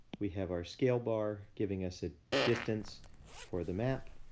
we have our scale bar giving us a distance for the map.